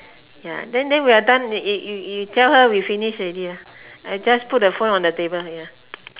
ya then then we are done eh you you tell her we finish already uh just put the phone on the table ya